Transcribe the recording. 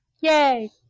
Yay